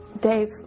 Dave